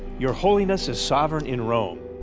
your holiness is sovereign in rome,